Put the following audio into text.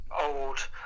old